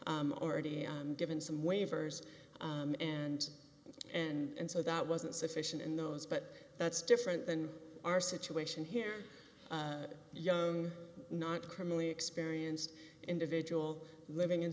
already given some waivers and and so that wasn't sufficient in those but that's different than our situation here young not criminally experienced individual living in